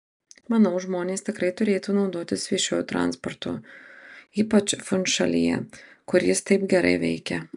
manau žmonės tikrai turėtų naudotis viešuoju transportu ypač funšalyje kur jis taip gerai veikia